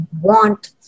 want